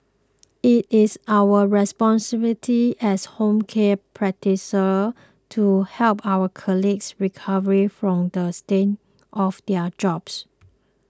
it is our responsibility as home care practitioners to help our colleagues recover from the stain of their jobs